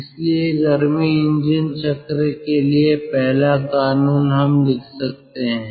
इसलिए गर्मी इंजन चक्र के लिए पहला कानून हम लिख सकते हैं